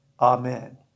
Amen